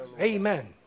Amen